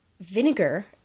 Vinegar